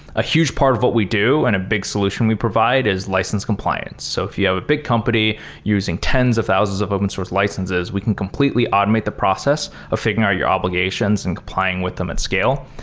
a huge part of what we do and a big solution we provide is license compliance. so if you have a big company using tens of thousands of open source licenses, we can completely automate the process of figuring out your obligations and complying with them at scale.